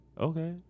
Okay